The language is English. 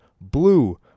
blue